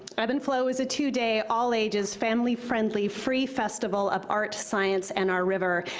ebb and flow is a two-day, all ages, family friendly, free festival of art, science, and our river.